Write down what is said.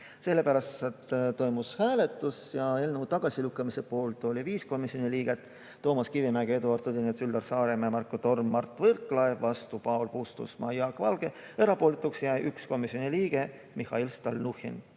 Sellepärast toimus hääletus. Eelnõu tagasilükkamise poolt olid 5 komisjoni liiget: Toomas Kivimägi, Eduard Odinets, Üllar Saaremäe, Marko Torm ja Mart Võrklaev. Vastu olid Paul Puustusmaa ja Jaak Valge. Erapooletuks jäi 1 komisjoni liige, Mihhail Stalnuhhin.